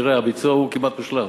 תראה, הביצוע הוא כמעט מושלם.